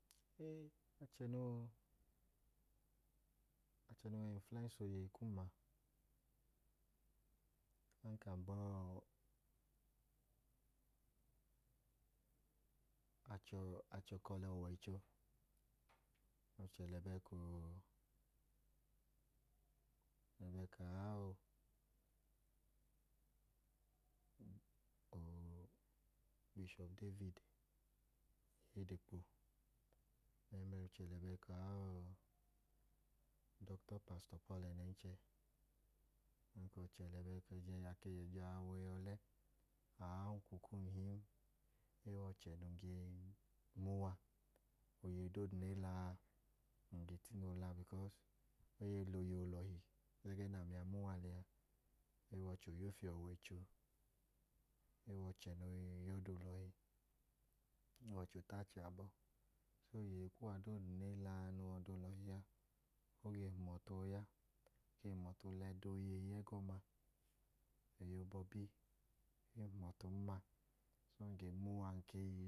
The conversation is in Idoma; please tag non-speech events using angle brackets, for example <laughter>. No oọ ọchẹ noo influence oyeyi kum a, achẹ ọkẹla ọwọicho achẹ lẹbẹẹka ọọ <hesitation> a ọọ ubishọp devidi’ oyedẹ kpo. Ẹẹ nẹ ọchẹ lẹbẹẹka aọọ do̱kito pasitọ pọọlu ẹnẹnchẹ. Ọchẹ lẹ bẹẹka jaa wa eyi ọlẹ aọnku kum duu. Ẹwẹ ọchẹ num ge ma uwa. Oyeyi doodu nẹ ɛ la a, ng ge tine oola because, e i la oyeyi olọhi, ẹgẹẹ nẹ ami a ma uwa lẹ a. E wẹ ọchẹ oya ufi ọwọicho, e wẹ ọchẹ ota achẹ abọ. Ipu oyeyi doodu nẹ ẹ la a, o ke hum ọfu ooya. Oyeyi abọbi noo hum ọtun ma, num ge ma uwa num ge.